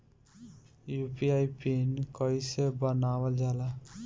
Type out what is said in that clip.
UPI PIN कइसे बनावल जाला?